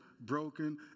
broken